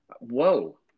Whoa